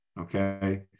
okay